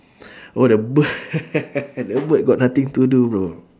oh the bird the bird got nothing to do bro